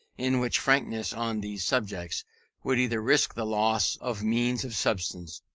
in which frankness on these subjects would either risk the loss of means of subsistence,